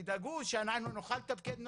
שתדאגו שאנחנו נוכל לתפקד נורמלי.